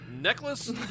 necklace